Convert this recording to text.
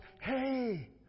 Hey